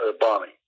bombing